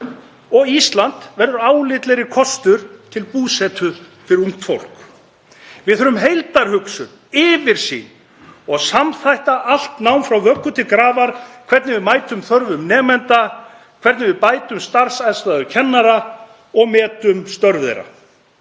og Ísland verður álitlegri kostur til búsetu fyrir ungt fólk. Við þurfum heildarhugsun, yfirsýn og að samþætta allt nám frá vöggu til grafar, hvernig við mætum þörfum nemenda, hvernig við bætum starfsaðstæður kennara og metum störf þeirra.